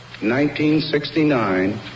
1969